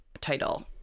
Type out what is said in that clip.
title